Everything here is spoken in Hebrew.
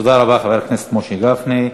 תודה רבה, חבר הכנסת משה גפני.